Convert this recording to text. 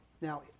Now